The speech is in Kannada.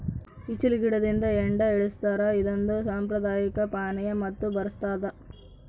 ಈಚಲು ಗಿಡದಿಂದ ಹೆಂಡ ಇಳಿಸ್ತಾರ ಇದೊಂದು ಸಾಂಪ್ರದಾಯಿಕ ಪಾನೀಯ ಮತ್ತು ಬರಸ್ತಾದ